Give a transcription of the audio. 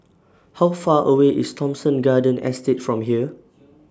How Far away IS Thomson Garden Estate from here